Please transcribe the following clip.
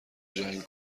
جنگ